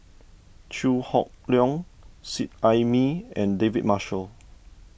Chew Hock Leong Seet Ai Mee and David Marshall